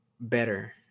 better